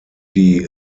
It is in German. die